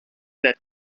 that